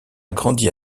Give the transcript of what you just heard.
grandi